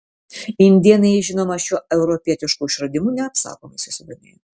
indėnai žinoma šiuo europietišku išradimu neapsakomai susidomėjo